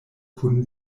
kun